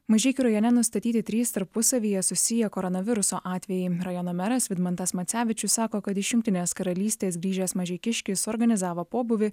mažeikių rajone nustatyti trys tarpusavyje susiję koronaviruso atvejai rajono meras vidmantas macevičius sako kad iš jungtinės karalystės grįžęs mažeikiškis suorganizavo pobūvį